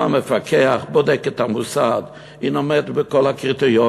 בא מפקח, בודק את המוסד, אם עומד בכל הקריטריונים,